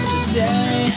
Today